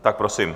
Tak prosím.